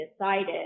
decided